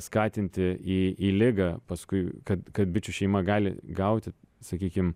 skatinti į į ligą paskui kad kad bičių šeima gali gauti sakykim